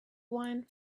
wine